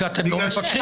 זה לא מצטבר